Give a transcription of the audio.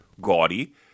gaudy